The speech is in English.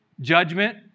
Judgment